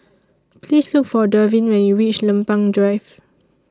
Please Look For Darvin when YOU REACH Lempeng Drive